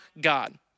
God